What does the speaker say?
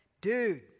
dude